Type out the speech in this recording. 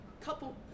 couple